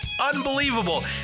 unbelievable